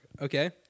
okay